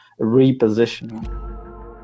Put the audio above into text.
repositioning